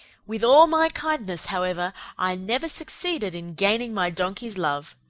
with all my kindness, however, i never succeeded in gaining my donkey's love.